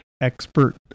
Expert